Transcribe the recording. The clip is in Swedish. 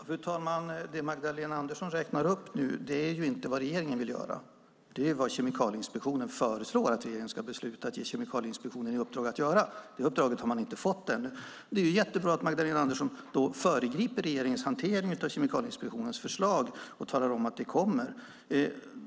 Fru talman! Det Magdalena Andersson räknar upp är ju inte vad regeringen vill göra. Det är vad Kemikalieinspektionen föreslår att regeringen ska besluta att ge Kemikalieinspektionen i uppdrag att göra. Det uppdraget har man inte fått ännu. Det är jättebra att Magdalena Andersson föregriper regeringens hantering av Kemikalieinspektionens förslag och talar om att det kommer.